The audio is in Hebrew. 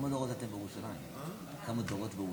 דור שביעי.